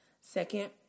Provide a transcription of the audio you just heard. Second